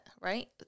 right